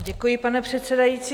Děkuji, pane předsedající.